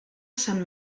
sant